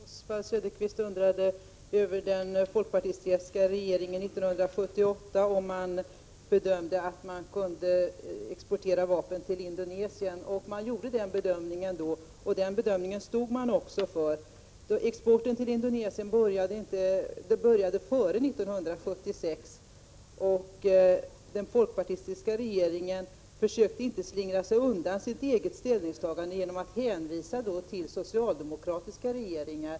Fru talman! Oswald Söderqvist undrade om den folkpartistiska regeringen 1978 bedömde att man kunde exportera vapen till Indonesien. Man gjorde den bedömningen då, och den bedömningen stod man också för. Exporten till Indonesien började före 1976, och den folkpartistiska regeringen försökte inte slingra sig undan sitt eget ställningstagande genom att hänvisa till socialdemokratiska regeringar.